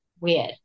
weird